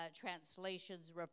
translations